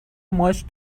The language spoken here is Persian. ماچ